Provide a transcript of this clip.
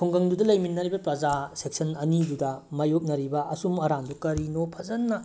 ꯈꯨꯡꯒꯪꯗꯨꯗ ꯂꯩꯃꯤꯟꯅꯔꯤꯕ ꯄ꯭ꯔꯖꯥ ꯁꯦꯛꯁꯟ ꯑꯅꯤꯗꯨꯗ ꯃꯥꯏꯌꯣꯛꯅꯔꯤꯕ ꯑꯆꯨꯝ ꯑꯔꯥꯟꯗꯣ ꯀꯔꯤꯅꯣ ꯐꯖꯅ